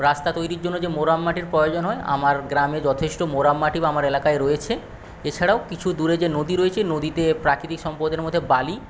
রাস্তা তৈরির জন্য যে মোড়াম মাটির প্রয়োজন হয় আমার গ্রামে যথেষ্ট মোড়াম মাটি বা আমার এলাকায় রয়েছে এছাড়াও কিছু দূরে যে নদী রয়েছে নদীতে প্রাকৃতিক সম্পদের মধ্যে বালি